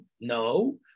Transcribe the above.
No